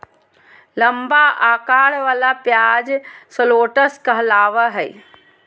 लंबा अकार वला प्याज शलोट्स कहलावय हय